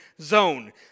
zone